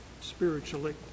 spiritually